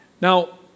Now